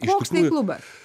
koks tai klubas